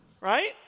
Right